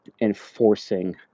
enforcing